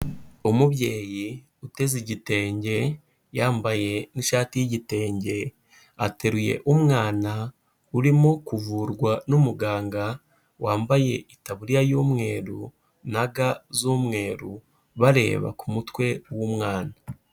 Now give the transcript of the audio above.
Umubyeyi uteze igitenge yambaye n'ishati y'igitenge, ateruye umwana urimo kuvurwa n'umuganga wambaye itaburiya y'umweru na ga z'umweru, bareba ku mutwe w'umwana.